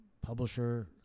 publisher